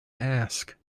ask